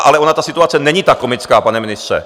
Ale ona ta situace není tak komická, pane ministře!